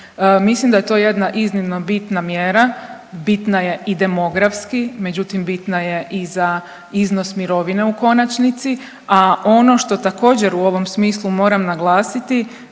Mislim da je to jedna iznimno bitna mjera, bitna je i demografski, međutim bitna je i za iznos mirovine u konačnici. A ono što također u ovom smislu moram naglasiti,